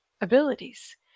abilities